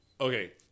Okay